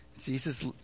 Jesus